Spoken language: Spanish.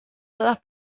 todas